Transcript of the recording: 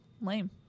Lame